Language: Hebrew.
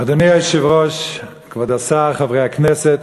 אדוני היושב-ראש, כבוד השר, חברי הכנסת,